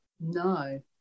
No